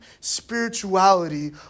spirituality